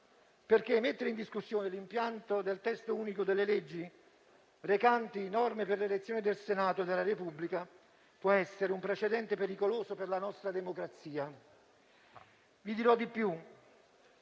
perché mettere in discussione l'impianto del testo unico delle leggi recanti norme per l'elezione del Senato della Repubblica può essere un precedente pericoloso per la nostra democrazia.